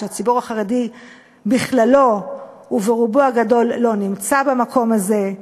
שהציבור החרדי בכללו וברובו הגדול לא נמצא במקום הזה.